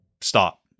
stop